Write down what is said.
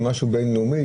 זה משהו בין-לאומי,